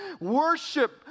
Worship